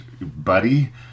buddy